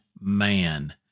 man